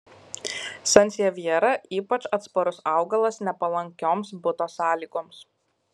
sansevjera ypač atsparus augalas nepalankioms buto sąlygoms